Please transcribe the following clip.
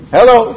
Hello